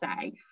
say